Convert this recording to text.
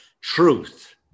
truth